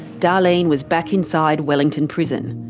darlene was back inside wellington prison.